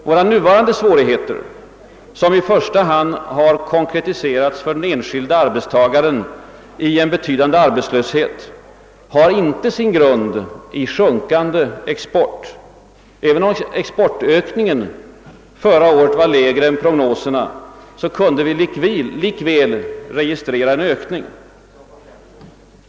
Våra nuvarande svårigheter, som i första hand har konkretiserats för den enskilde arbetstagaren i en betydande arbetslöshet, har inte sin grund i sjunkande export. även om exportökningen förra året var lägre än enligt prognoserna kunde vi likväl registrera en ökning.